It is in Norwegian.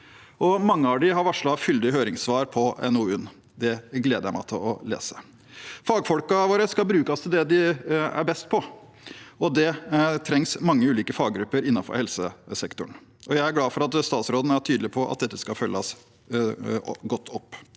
mange av dem har varslet fyldig høringssvar på NOU-en. Det gleder jeg meg til å lese. Fagfolkene våre skal brukes til det de er best på, og det trengs mange ulike faggrupper innenfor helsesektoren. Jeg er glad for at statsråden er tydelig på at dette skal følges godt opp.